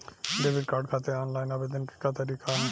Debit card खातिर online आवेदन के का तरीकि ह?